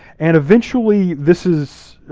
and eventually this is,